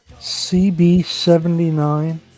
CB79